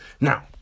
now